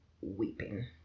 weeping